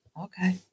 okay